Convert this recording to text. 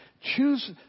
Choose